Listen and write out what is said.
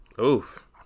Oof